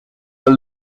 del